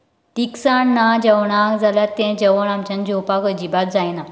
तिकसाण ना जेवणाक जाल्यार तें जवण आमच्यान जेवपाक अजिबात जायना